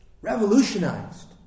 Revolutionized